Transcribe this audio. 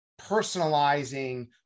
personalizing